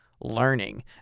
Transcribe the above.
learning